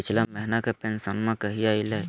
पिछला महीना के पेंसनमा कहिया आइले?